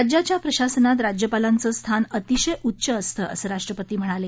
राज्याच्या प्रशासनात राज्यपालांचं स्थान अतिशय उच्च असतं असं राष्ट्रपती म्हणाले